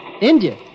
India